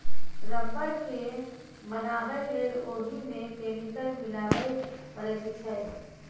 rubber केँ बनाबै लेल ओहि मे केमिकल मिलाबे परैत छै